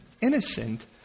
innocent